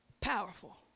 Powerful